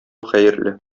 хәерле